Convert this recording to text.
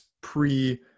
pre